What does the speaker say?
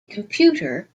computer